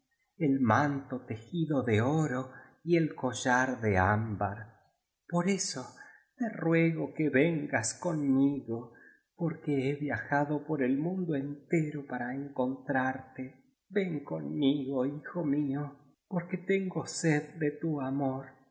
el manto tejido de oro y el collar de ámbar por eso te ruego que vengas conmigo porque he viajado por el mundo entero para encontrarte ven conmigo hijo mío porque tengo sed de tu amor